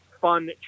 fun